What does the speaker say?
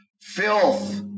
filth